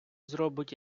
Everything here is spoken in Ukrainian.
зробить